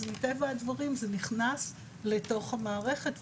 אז מטבע הדברים זה נכנס לתוך המערכת,